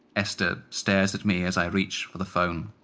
esther stares at me as i reach for the phone.